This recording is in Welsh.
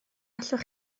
allwch